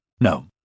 No